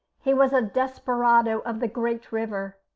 he was a desperado of the great river.